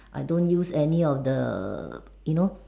I don't use any of the you know